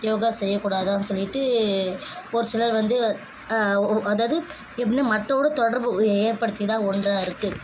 யோகா செய்யக்கூடாதான்னு சொல்லிவிட்டு ஒருசிலர் வந்து அதாவது எப்படின்னா மற்றவங்களோட தொடர்பு ஏற்படுத்தி தான் ஒன்றா இருக்குது